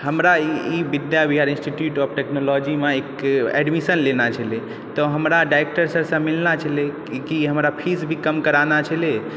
हमरा ई Vidya Vihar institute of टेक्नोलॉजीमऽ एक एडमिशन लेना छलय तऽ हमरा डाइरेक्टर सरसँ मिलना छलय कि हमरा फीस भी कम कराना छलय